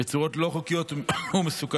בצורות לא חוקיות ומסוכנות.